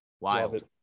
wild